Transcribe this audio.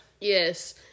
Yes